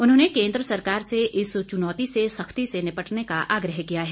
उन्होंने केंद्र सरकार से इस चुनौती से सख्ती से निपटने का आग्रह किया है